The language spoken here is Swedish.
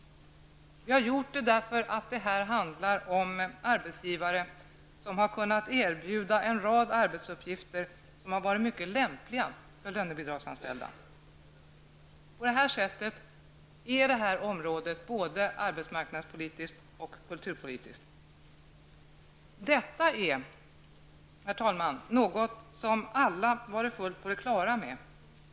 Vi har gjort det därför att det här handlar om arbetsgivare, som har kunnat erbjuda en rad arbetsuppgifter som har varit mycket lämpliga för lönebidragsanställda. På det sättet är det här området både arbetsmarknadspolitiskt och kulturpolitiskt. Detta är, herr talman, något som alla har varit fullt på det klara med.